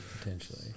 potentially